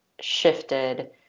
shifted